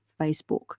Facebook